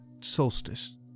solstice